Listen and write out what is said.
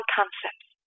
concepts